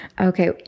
Okay